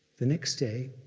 the next day,